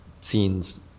scenes